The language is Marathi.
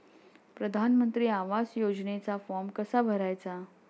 प्रधानमंत्री आवास योजनेचा फॉर्म कसा भरायचा?